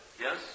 Yes